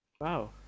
Wow